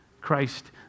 Christ